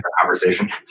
conversation